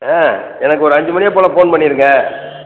ஆ எனக்கு ஒரு அஞ்சு மணி போல் ஃபோன் பண்ணிவிடுங்க